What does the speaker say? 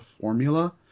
formula